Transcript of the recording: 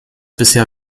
bisher